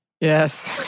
Yes